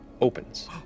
opens